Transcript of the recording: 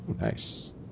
Nice